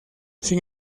sin